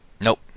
Nope